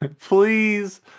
Please